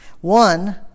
One